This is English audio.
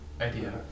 Idea